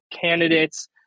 candidates